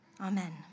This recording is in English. Amen